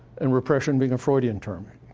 and repression being a freudian term.